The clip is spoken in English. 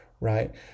right